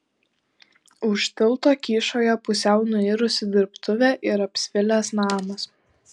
už tilto kyšojo pusiau nuirusi dirbtuvė ir apsvilęs namas